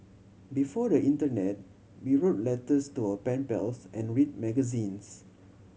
before the internet we wrote letters to our pen pals and read magazines